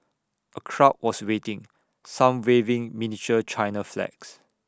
A crowd was waiting some waving miniature China flags